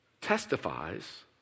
testifies